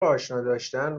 آشناداشتن